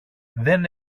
δεν